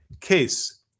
Case